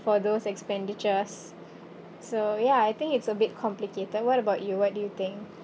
for those expenditures so ya I think it's a bit complicated what about you what do you think